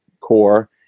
core